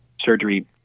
surgery